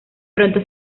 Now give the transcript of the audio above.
pronto